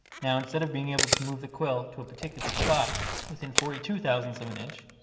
now instead of being able to move the quill to a particular spot within forty two thousandths of an inch,